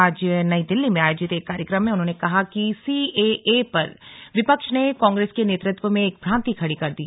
आज नई दिल्ली में आयोजित एक कार्यक्रम में उन्होंने कहा कि सीएए पर विपक्ष ने कांग्रेस के नेतृत्व में एक भ्रांति खड़ी कर दी